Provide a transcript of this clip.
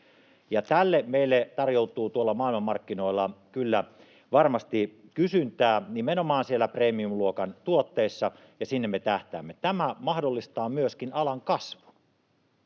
Ja tälle tarjoutuu tuolla maailmanmarkkinoilla kyllä varmasti kysyntää, nimenomaan siellä premium-luokan tuotteissa, ja sinne me tähtäämme. Tämä mahdollistaa myöskin alan kasvua.